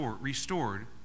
restored